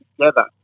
together